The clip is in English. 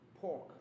pork